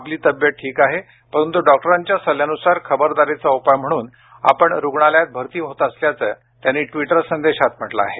आपली तब्येत ठीक आहे परंतु डॉक्टरांच्या सल्ल्यानुसार खबरदारीचा उपाय म्हणून आपण रुग्णालयात भर्ती होत असल्याचं त्यांनी ट्विटर संदेशात म्हटलं आहे